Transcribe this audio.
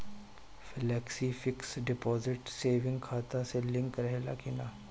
Flexi fix deposit saving खाता से link रहले कि ना?